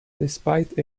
despite